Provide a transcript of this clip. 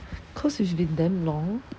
cause it's been damn long